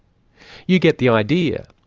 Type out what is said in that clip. you get the idea,